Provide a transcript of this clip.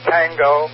Tango